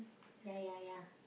ya ya ya